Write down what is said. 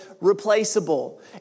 replaceable